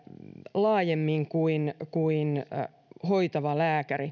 laajemmin kuin kuin hoitava lääkäri